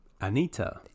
Anita